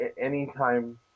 anytime